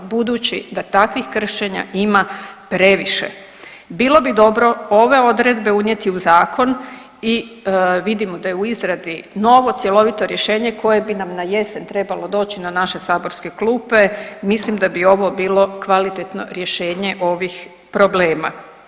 Budući da takvih kršenja ima previše bilo bi dobro ove odredbe unijeti u zakon i vidimo da je u izradi novo cjelovito rješenje koje bi nam na jesen trebalo doći na naše saborske klupe, mislim da bi ovo bilo kvalitetno rješenje ovih problema.